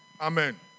Amen